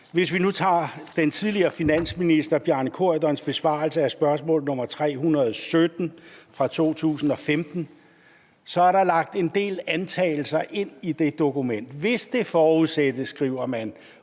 Hvis vi nu tager den tidligere finansminister Bjarne Corydons besvarelse af spørgsmål nr. 317 fra 2015, ser vi, at der er lagt en del antagelser ind i det dokument. »Hvis det forudsættes, ...«, skriver man;